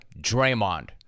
Draymond